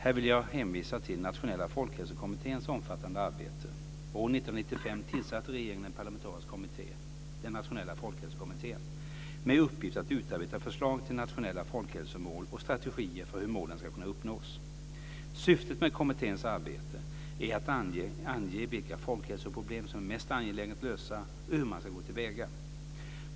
Här vill jag hänvisa till Nationella folkhälsokommitténs omfattande arbete. År 1995 tillsatte regeringen en parlamentarisk kommitté, Nationella folkhälsokommittén, med uppgift att utarbeta förslag till nationella folkhälsomål och strategier för hur målen ska kunna uppnås. Syftet med kommitténs arbete är att ange vilka folkhälsoproblem som är mest angelägna att lösa och hur man ska gå till väga.